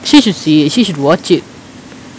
she should see it she should watch it